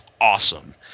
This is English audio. awesome